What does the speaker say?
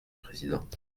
présidente